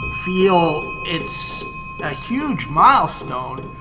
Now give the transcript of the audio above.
feel it's a huge milestone.